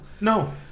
No